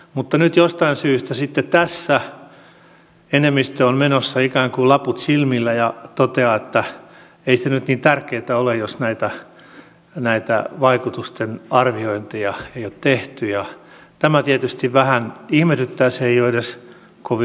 mutta nyt jostain syystä sitten tässä enemmistö on menossa ikään kuin laput silmillä ja toteaa että ei se nyt niin tärkeätä ole jos näitä vaikutusten arviointeja ei ole tehty ja tämä tietysti vähän ihmetyttää se ei ole edes kovin loogista